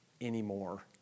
anymore